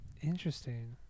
Interesting